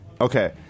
Okay